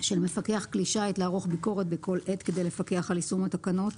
של מפקח כלי שיט לערוך ביקורת בכל עת כדי לפקח על יישום התקנות